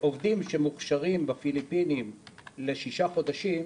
עובדים שמוכשרים בפיליפיניים ל-6 חודשים,